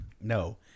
No